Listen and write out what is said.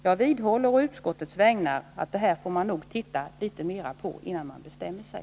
Jag vidhåller på utskottets vägnar att man nog bör titta litet mer på detta innan man bestämmer sig.